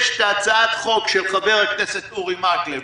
יש הצעת חוק של חבר הכנסת אורי מקלב,